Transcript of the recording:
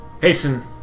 Hasten